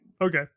Okay